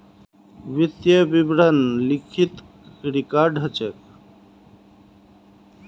वित्तीय विवरण लिखित रिकॉर्ड ह छेक